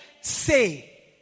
say